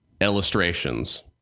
illustrations